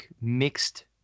mixed